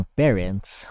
parents